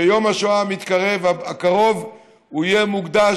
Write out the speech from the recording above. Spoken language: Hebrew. שיום השואה הקרוב יהיה מוקדש,